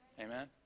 Amen